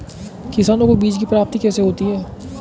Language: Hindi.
किसानों को बीज की प्राप्ति कैसे होती है?